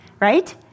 Right